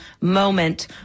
moment